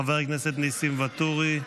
חבר הכנסת ניסים ואטורי,